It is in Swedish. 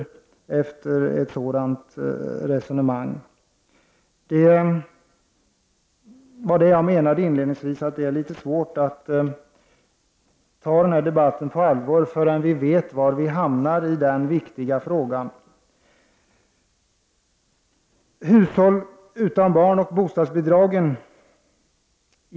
Det var detta jag menade när jag i mitt inledningsanförande sade att det var litet svårt att ta den här debatten på allvar förrän vi vet var vi hamnar i denna viktiga fråga. Så till frågan om hushåll utan barn och bostadsbidrag.